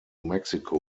mexico